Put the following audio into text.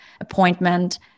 appointment